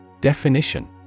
Definition